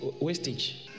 wastage